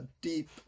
deep